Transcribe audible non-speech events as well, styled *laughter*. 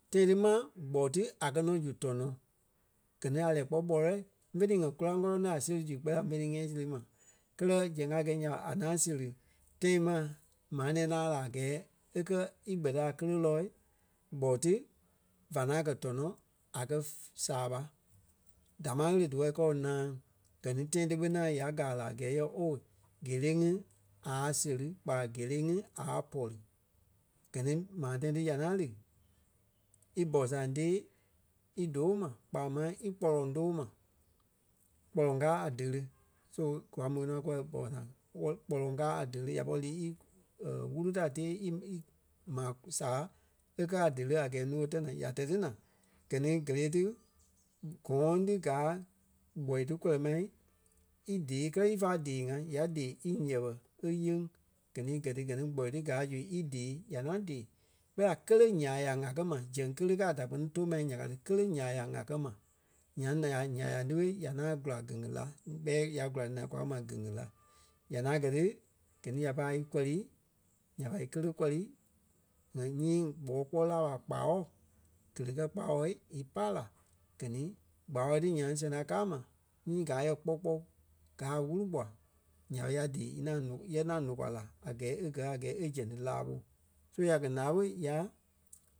tãi ti ma gbɔ ti a kɛ̀ nɔ zu tɔnɔ. Gɛ ni a lɛ́ɛ kpɔ́ ɓɔlɛi fe ni ŋa kóraŋ kɔlɔŋ ti a séri zu kpɛɛ la ḿve ní ŋ́ɛi see ni ma. Kɛlɛ zɛŋ a gɛi nya ɓa, a ŋaŋ seri tãi ma maa nɛ̃ɛ la a gɛɛ e kɛ̀ í gbɛtɛ a kéle lɔɔ gbɔ ti va ŋaŋ kɛ dɔnɔ a kɛ̀ saaɓa. Damaa ɣele díwɔ kɔɔ náaŋ. Gɛ ni tãi ti ɓé ŋaŋ ya gaa la a gɛɛ yɛ oooo géle ŋí aa séri kpaa géle ŋí a pɔri. Gɛ ni maa tãi ti ya ŋaŋ lí í bɔsaŋ tée í doo ma kpaa máŋ í kpɔloŋ too ma. Kpɔloŋ káa a delé so kwa môi nɔ kúwɔ bɔsaŋ wɛli- kpɔloŋ káa a dele ya pɔri lii í *hesitation* wúru ta tée í- í- maa sàa e kɛ̀ a dele a gɛɛ nuu e tɛ̀ naa. Ya tɛ̀ ti naa gɛ ni géle ti gɔ̃ɔŋ ti gaa gbɔ ti kɔlɔ ma í dée kɛ ífa dèe-ŋa ya dee í yɛpɛ e yeŋ. Gɛ ni í gɛ ti gɛ ni gbɔlɔi ti gáa zu í dee. Ya ŋaŋ dee kpɛɛ la kéle nya ya ŋa kɛ́ ma zɛŋ kéle káa a da kpɛ́ni tou ma nya ka ti. Kéle nyaa ya ŋa kɛ́ ma. Nyaŋ la ya ǹya-nyaŋ ti ɓé ya ŋaŋ kula geɣe la. Kpɛɛ ya kula ti naa kwa kɛ́ ma geɣe la. Ya ŋaŋ gɛ ti gɛ ni ya pai a í kɔli nya ɓa í kéle kɔli *hesitation* nyii kpɔɔi gbɔɔi láa ɓa kpawɔ̂ géle kɛ kpawɔi í pa la gɛ ni kpawɔ̂ ti nyaŋ sɛŋ ta káa ma nyii gaa yɛ kpɔ́-kpɔ. Gaa a wúru gbua ya ɓé ya dee í ŋaŋ lɔ- íyɛ ŋaŋ nòkwa la a gɛɛ e gɛ̀ a gɛɛ e zɛŋ ti la ɓo. So ya kɛ láa ɓoi ya